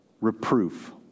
reproof